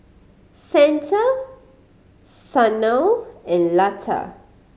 Santha Sanal and Lata